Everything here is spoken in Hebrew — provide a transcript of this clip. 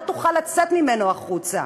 לא תוכל לצאת ממנו החוצה.